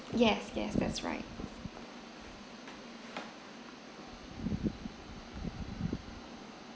yes yes that's right